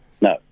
No